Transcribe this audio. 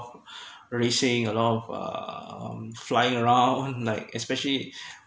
racing a lot of um flying around at like especially